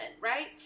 right